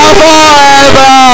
forever